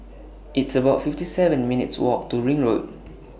It's about fifty seven minutes' Walk to Ring Road